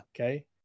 Okay